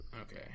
Okay